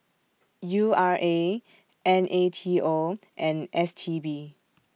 U R A N A T O and S T B